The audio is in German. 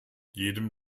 jedem